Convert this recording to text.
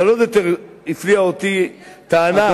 אבל עוד יותר הפליאה אותי טענה,